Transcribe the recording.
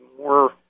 more